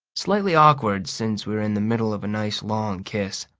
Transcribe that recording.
slightly awkward since we are in the middle of a nice long kiss.